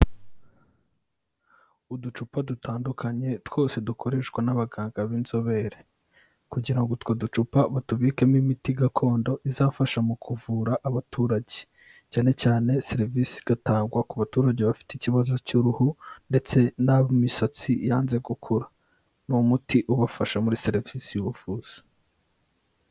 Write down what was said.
Uducupa dutandukanye twose dukoreshwa n'abaganga b'inzobere kugira ngo utwo ducupa batubikemo imiti gakondo izafasha mu kuvura abaturage, cyane cyane serivisi igatangwa ku baturage bafite ikibazo cy'uruhu ndetse n'abo imisatsi yanze gukura. Ni umuti ubafasha muri serivisi y'ubuvuzi.